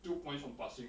two points from passing